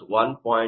005 1